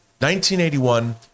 1981